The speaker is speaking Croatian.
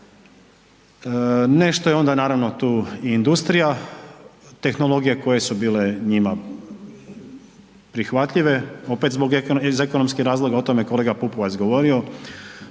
Nešto je onda naravno tu i industrija, tehnologija koje su bile njima prihvatljive opet zbog ekonomskih razloga o tome je kolega Pupovac govorio,